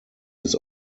his